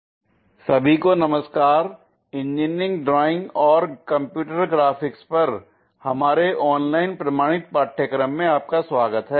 orthographic projection I part 8 सभी को नमस्कार l इंजीनियरिंग ड्राइंग और कंप्यूटर ग्राफिक्स पर हमारे ऑनलाइन प्रमाणित पाठ्यक्रम में आपका स्वागत है